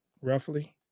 roughly